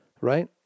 Right